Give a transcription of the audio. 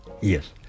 Yes